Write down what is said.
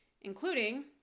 including